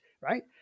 right